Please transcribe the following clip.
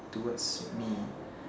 towards me